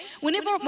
whenever